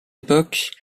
époque